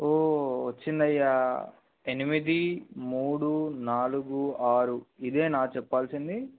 ఓ వచ్చిందయ్యా ఎనిమిది మూడు నాలుగు ఆరు ఇదే నా చెప్పాల్సింది